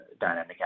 dynamic